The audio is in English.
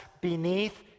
beneath